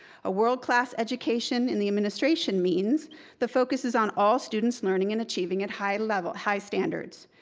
a world class education in the administration means the focus is on all students learning and achieving at high level, high standards.